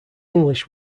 english